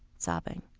sobbing.